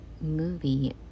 movie